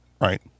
right